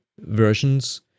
versions